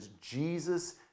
Jesus